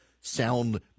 sound